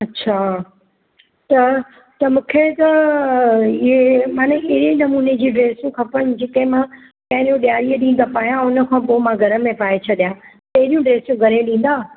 अछा त त मूंखे त इहे माने अहिड़े नमूने जी ड्रेसूं खपनि जेके मां पहिरियों ॾियारीअ ॾींहुं त पायां उन खां पोइ मां घर में पाए छॾियां अहिड़ियूं ड्रेसूं घणे ॾींदा